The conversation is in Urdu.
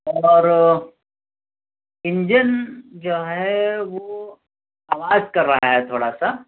اور انجن جو ہے وہ آواز کر رہا ہے تھوڑا سا